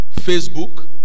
Facebook